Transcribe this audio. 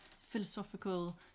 philosophical